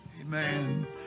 Amen